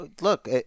Look